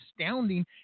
astounding